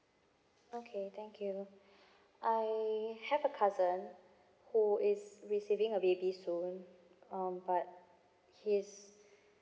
okay thank you I have a cousin who is receiving a baby soon um but he's